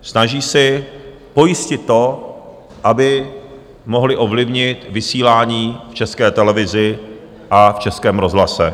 Snaží si pojistit to, aby mohli ovlivnit vysílání v České televizi a v Českém rozhlase.